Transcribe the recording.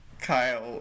Kyle